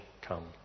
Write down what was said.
come